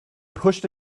pushed